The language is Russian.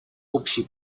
общей